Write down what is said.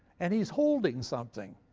and he's holding something.